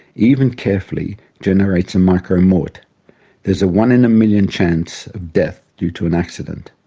even carefully, generates a micromort there is a one in a million chance of death due to an accident.